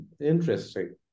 Interesting